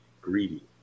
greedy